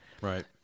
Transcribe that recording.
Right